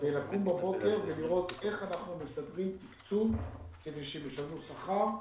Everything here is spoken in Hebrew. בלקום בבוקר ולראות איך אנחנו מסדרים תקצוב כדי שהם ישלמו שכר,